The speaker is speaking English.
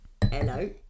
Hello